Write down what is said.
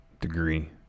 degree